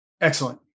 Excellent